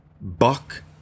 Buck